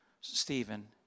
Stephen